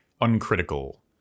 uncritical